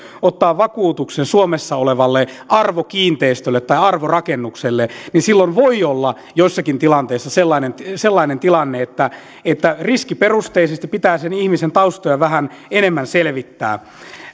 ottaa vakuutuksen suomessa olevalle arvokiinteistölle tai arvorakennukselle niin silloin voi olla joissakin tilanteissa sellainen sellainen tilanne että että riskiperusteisesti pitää sen ihmisen taustoja vähän enemmän selvittää